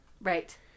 Right